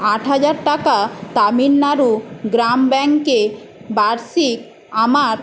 আট হাজার টাকা তামিলনাড়ু গ্রাম ব্যাঙ্কে বার্ষিক আমার